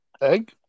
Egg